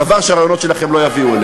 דבר שהרעיונות שלכם לא יביאו אליו.